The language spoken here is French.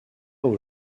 aux